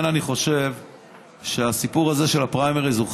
חוץ מהמימון של הבחירות.